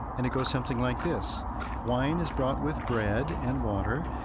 and it goes something like this wine is brought with bread and water,